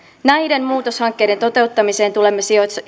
näiden muutoshankkeiden toteuttamiseen tulemme